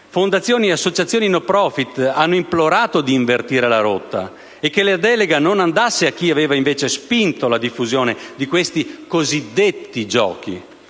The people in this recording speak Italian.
Fondazioni e associazioni *non profit* hanno implorato di invertire la rotta e che la delega non andasse a chi aveva spinto alla diffusione di questi cosiddetti giochi,